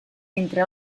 entre